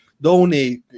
donate